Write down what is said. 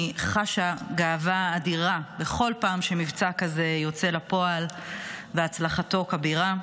אני חשה גאווה אדירה בכל פעם שמבצע כזה יוצא לפועל והצלחתו כבירה.